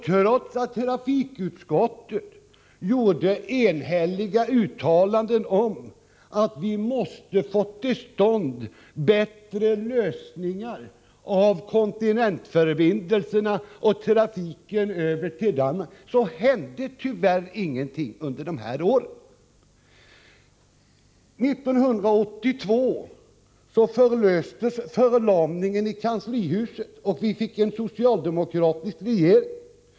Trots att trafikutskottet gjorde enhälliga uttalanden om att vi måste få till stånd bättre lösningar när det gäller kontinentförbindelserna och trafiken till Danmark hände tyvärr ingenting under dessa år. År 1982, då vi fick en socialdemokratisk regering, släppte förlamningen i kanslihuset.